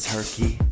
Turkey